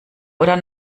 oder